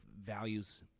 values